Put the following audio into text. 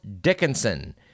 Dickinson